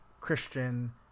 Christian